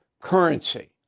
currency